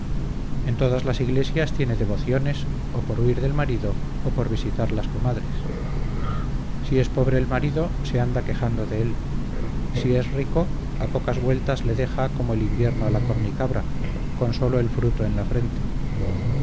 en todas las iglesias tiene devociones o por huir del marido o por visitar las comadres si es pobre el marido se anda quejando de él si es rico a pocas vueltas le deja como el invierno a la cornicabra con solo el fruto en la frente